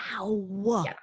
Wow